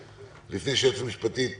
לפני שהיועצת המשפטית תענה,